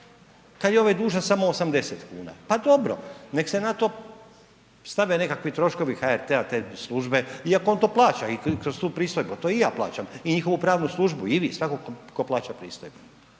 kada je ovaj dužan samo 80 kuna. Pa dobro nek se na to stave nekakvi troškovi HRT-a te službe, iako on to plaća i kroz pristojbu. To i ja plaćam i njihovu pravnu službu, i vi, svatko tko plaća pristojbu.